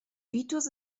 vitus